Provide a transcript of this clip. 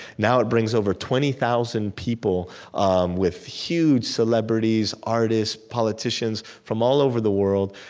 now it brings over twenty thousand people um with huge celebrities, artists, politicians from all over the world.